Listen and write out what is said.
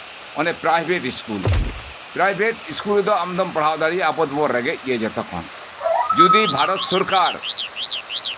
ᱚᱱᱮ private school private school ᱨᱮᱫᱚ ᱟᱢ ᱫᱚᱢ ᱯᱟᱲᱦᱟᱣ ᱫᱟᱲᱮ ᱟᱭᱟ ᱟᱵᱚ ᱫᱚᱵᱚᱱ ᱨᱮᱸᱜᱮᱡ ᱜᱮᱭᱟ ᱡᱚᱛᱚᱠᱷᱚᱱ ᱡᱚᱫᱤ ᱵᱷᱟᱨᱚᱛ ᱥᱚᱨᱠᱟᱨ